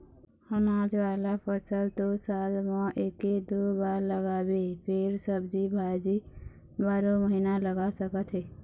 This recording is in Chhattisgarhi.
अनाज वाला फसल तो साल म एके दू बार लगाबे फेर सब्जी भाजी बारो महिना लगा सकत हे